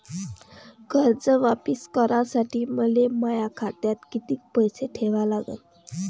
कर्ज वापिस करासाठी मले माया खात्यात कितीक पैसे ठेवा लागन?